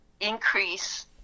increase